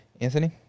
Anthony